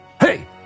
hey